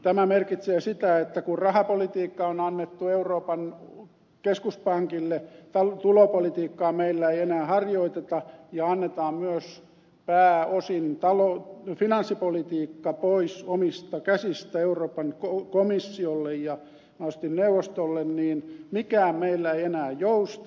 tämä merkitsee sitä että kun rahapolitiikka on annettu euroopan keskuspankille eikä tulopolitiikkaa meillä enää harjoiteta niin annetaan myös pääosin finanssipolitiikka pois omista käsistä euroopan komissiolle ja mahdollisesti neuvostolle niin että mikään meillä ei enää jousta